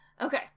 okay